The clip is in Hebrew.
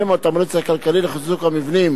שבהם התמריץ הכלכלי לחיזוק המבנים